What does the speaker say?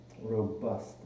robust